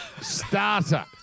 starter